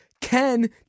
Ken